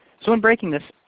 so in breaking this,